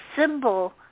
symbol